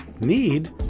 need